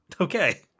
Okay